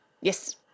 Yes